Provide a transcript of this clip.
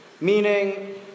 Meaning